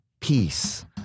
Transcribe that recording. peace